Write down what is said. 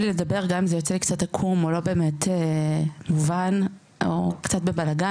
לדבר גם אם זה יוצא לי קצת עקום או לא באמת מובן או קצת בבלגאן.